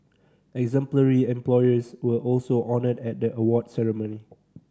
exemplary employers were also honoured at the award ceremony